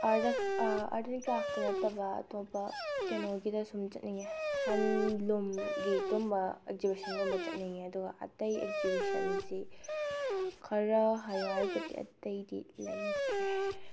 art and craft ꯅꯠꯇꯕ ꯑꯇꯣꯞꯄ ꯀꯩꯅꯣꯒꯤꯗ ꯁꯨꯝ ꯆꯠꯅꯤꯡꯉꯦ ꯍꯦꯟꯂꯨꯝꯒꯤ ꯑꯗꯨꯝꯕ ꯑꯦꯛꯖꯤꯕꯤꯁꯟꯒꯨꯝꯕ ꯆꯠꯅꯤꯡꯏ ꯑꯗꯨꯒ ꯑꯇꯩ ꯑꯦꯛꯖꯤꯕꯤꯁꯟꯁꯤ ꯈꯔ ꯍꯥꯏꯌꯨ ꯍꯥꯏꯔꯒꯗꯤ ꯑꯇꯩꯗꯤ ꯂꯩꯇ꯭ꯔꯦ